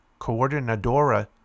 Coordinadora